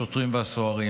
השוטרים והסוהרים.